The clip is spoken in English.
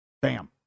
Bam